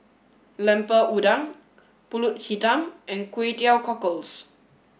Lemper Udang Pulut Hitam and Kway Teow Cockles